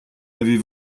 l’avez